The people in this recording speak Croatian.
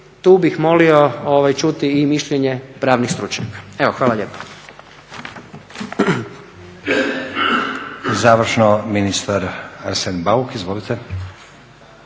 tu bih molio čuti i mišljenje pravnih stručnjaka. Evo hvala lijepa.